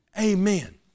Amen